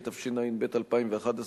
התשע"ב 2011,